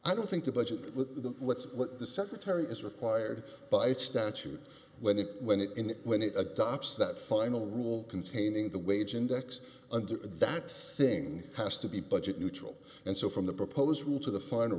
i don't think the budget with the what's what the secretary is required by statute when it when it and when it adopts that final rule containing the wage index under that thing has to be budget neutral and so from the proposed rule to the fin